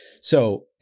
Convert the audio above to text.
So-